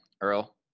Earl